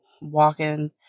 walking